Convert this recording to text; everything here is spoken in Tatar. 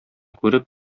күреп